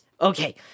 Okay